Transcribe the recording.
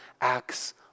acts